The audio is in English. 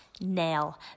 nail